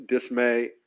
dismay